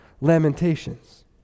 lamentations